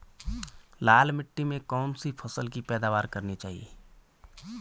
लाल मिट्टी में कौन सी फसल की पैदावार करनी चाहिए?